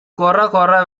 கொரகொர